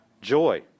joy